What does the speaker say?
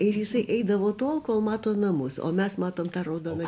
ir jisai eidavo tol kol mato namus o mes matom tą raudoną